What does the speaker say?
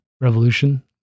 revolution